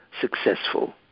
successful